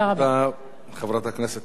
תודה לחברת הכנסת תירוש.